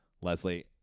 Leslie